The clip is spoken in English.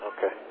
Okay